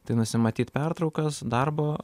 tai nusimatyt pertraukas darbo